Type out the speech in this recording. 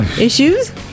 Issues